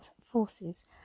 forces